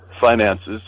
finances